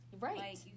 Right